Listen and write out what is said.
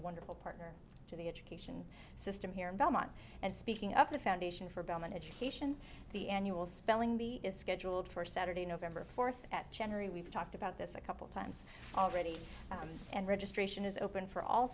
wonderful partner to the education system here in belmont and speaking of the foundation for bellman education the annual spelling bee is scheduled for saturday nov fourth at general we've talked about this a couple times already and registration is open for all